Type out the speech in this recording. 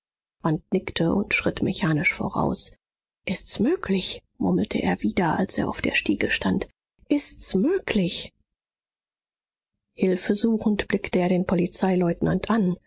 nickte und schritt mechanisch voraus ist's möglich murmelte er wieder als er auf der stiege stand ist's möglich hilfesuchend blickte er den polizeileutnant an